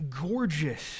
gorgeous